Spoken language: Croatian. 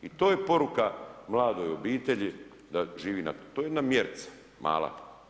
I to je poruka mladoj obitelji da živi, to je jedna mjerica mala.